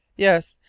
yes,